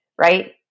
right